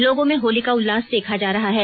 लोगों में होली का उल्लास देखा जा रहा है